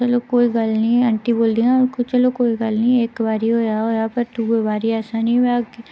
चलो कोई गल्ल नेईं आंटी बोलदियां चलो कोई गल्ल नेईं इक बारी होएआ होएआ पर दूई बारी ऐसा नेईं होऐ